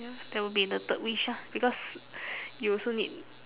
mm that will be the third wish ah because you also need